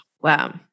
Wow